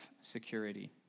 security